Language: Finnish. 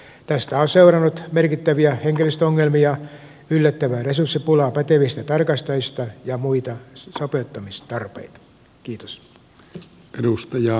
tästä on seurannut merkittäviä henkilöstöongelmia yllättävää resurssipulaa pätevistä tarkastajista ja muita sopeuttamistarpeita